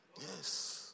yes